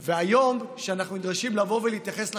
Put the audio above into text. והיום, כשאנחנו נדרשים להתייחס לחסינות,